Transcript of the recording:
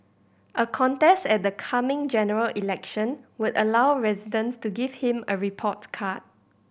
a contest at the coming General Election would allow residents to give him a report card